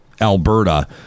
Alberta